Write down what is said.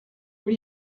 what